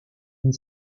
une